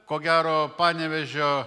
ko gero panevėžio